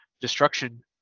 destruction